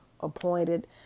appointed